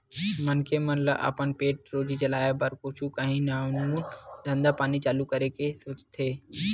मनखे मन ल अपन पेट रोजी चलाय बर कुछु काही नानमून धंधा पानी चालू करे के सोचथे